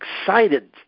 excited